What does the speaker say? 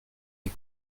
mes